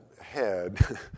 head